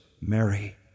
Mary